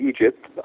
Egypt